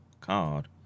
card